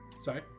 Sorry